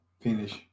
finish